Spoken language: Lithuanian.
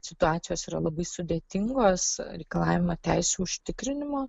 situacijos yra labai sudėtingos reikalavimą teisių užtikrinimo